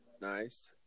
Nice